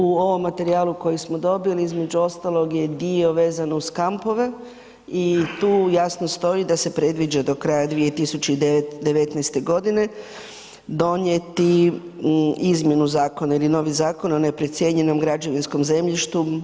U ovom materijalu koji smo dobili između ostalog je i dio vezano uz kampove i tu jasno stoji da se predviđa do kraja 2019. godine donijeti izmjenu zakona ili novi zakon o neprocijenjenom građevinskom zemljištu.